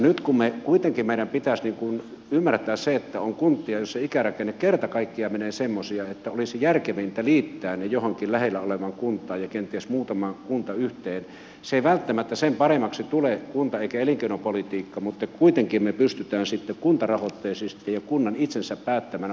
nyt kun kuitenkin meidän pitäisi ymmärtää se että on kuntia joissa ikärakenne kerta kaikkiaan menee semmoiseksi että olisi järkevintä liittää ne johonkin lähellä olevaan kuntaan ja kenties muutama kunta yhteen se kunta tai elinkeinopolitiikka ei välttämättä sen paremmaksi tule mutta kuitenkin me pystymme sitten kuntarahoitteisesti ja kunnan itsensä päättämänä hoitamaan tietyt peruspalvelut